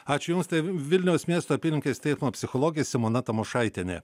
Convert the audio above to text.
ačiū jums tai vilniaus miesto apylinkės teismo psichologė simona tamošaitienė